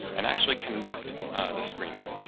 and actually conduct the screening.